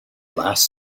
last